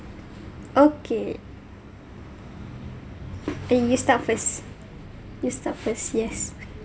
okay and you start first you start first yes